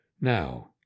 Now